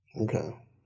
Okay